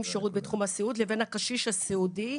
שירות בתחום הסיעוד לבין הקשיש הסיעודי,